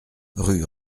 rue